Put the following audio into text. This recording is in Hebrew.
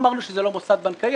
לא אמרנו שזה לא מוסד בנקאי,